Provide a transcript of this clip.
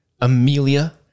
Amelia